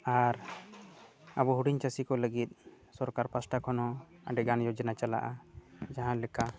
ᱟᱨ ᱟᱵᱚ ᱦᱩᱰᱤᱧ ᱪᱟᱹᱥᱤ ᱠᱚ ᱞᱟᱹᱜᱤᱫ ᱥᱚᱨᱠᱟᱨ ᱯᱟᱦᱴᱟ ᱠᱷᱚᱱᱦᱚᱸ ᱟᱹᱰᱤᱜᱟᱱ ᱡᱳᱡᱚᱱᱟ ᱪᱟᱞᱟᱜᱼᱟ ᱡᱟᱦᱟᱸᱞᱮᱠᱟ